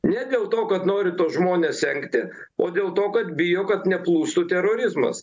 ne dėl to kad nori tuos žmones engti o dėl to kad bijau kad neplūstų terorizmas